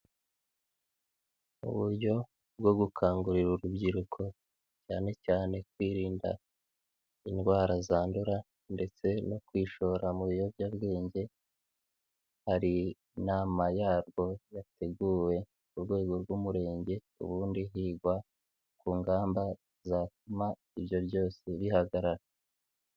Mu buryo bwo gukangurira urubyiruko cyane cyane kwirinda indwara zandura ndetse no kwishora mu biyobyabwenge, hari inama yarwo yateguwe ku rwego rw'Umurenge, ubundi higwa ku ngamba zatuma ibyo byose bihagarara.